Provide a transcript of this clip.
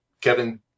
Kevin